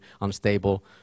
unstable